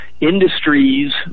industries